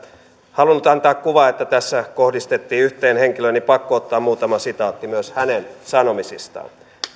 halunnut antaa kuvaa että tässä kohdistettiin yhteen henkilöön niin pakko ottaa muutama sitaatti myös hänen sanomisistaan